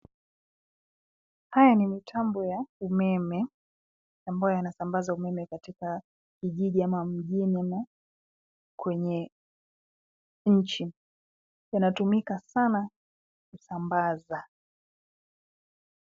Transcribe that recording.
Haya ni mitambo ya umeme, ambayo yanasambaza umeme, katika kijiji ama mjini ama kwenye nchi. Yanatumika sana, kusambaza.